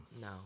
No